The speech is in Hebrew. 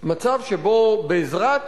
מצב שבו בעזרת